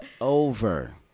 over